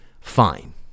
Fine